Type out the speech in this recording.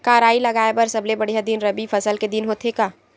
का राई लगाय बर सबले बढ़िया दिन रबी फसल के दिन होथे का?